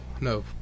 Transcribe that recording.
no